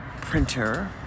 printer